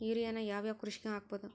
ಯೂರಿಯಾನ ಯಾವ್ ಯಾವ್ ಕೃಷಿಗ ಹಾಕ್ಬೋದ?